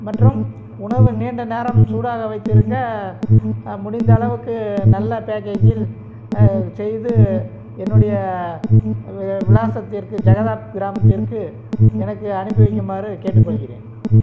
மற்றும் உணவு நீண்ட நேரம் சூடாக வைத்திருக்க முடிந்தளவுக்கு நல்ல பேக்கேஜில் செய்து என்னுடைய வி விலாசத்திற்கு ஜகதாப் கிராமத்திற்கு எனக்கு அனுப்பி வைக்குமாறு கேட்டுக்கொள்கிறேன்